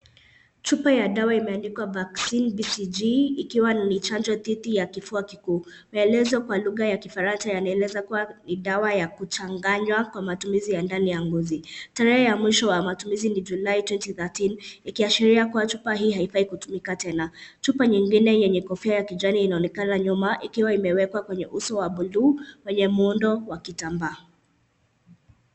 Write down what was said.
Chupa ya dawa imeandikwa Vaccine BCG ikiwa ni chanjo dhidi ya kifua kikuu. Maelezo kwa lugha ya Kifaransa yanaeleza kuwa ni dawa ya kuchanganywa kwa matumizi ya ndani ya ngozi. Tarehe ya mwisho wa matumizi ni July twenty thirteen , ikiashiria kuwa chupa hii haifai kutumika tena. Chupa nyingine yenye kofia ya kijani inaonekana nyuma, ikiwa imewekwa kwenye uso wa buluu wenye muundo wa kitambaa.